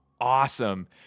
awesome